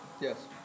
Yes